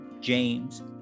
James